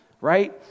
right